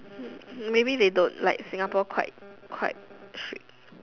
maybe they don't like Singapore quite quite strict